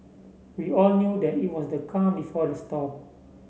we all knew that it was the calm before the storm